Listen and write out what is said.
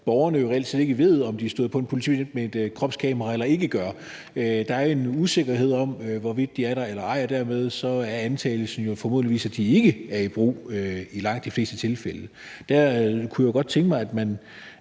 borgerne reelt set ikke ved, om de støder på en politibetjent, der har eller ikke har et kropskamera. Der er en usikkerhed om, hvorvidt det er der eller ej, og derfor er antagelsen formodentlig, at de ikke er i brug i langt de fleste tilfælde. Der kunne jeg godt tænke mig, at man